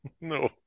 No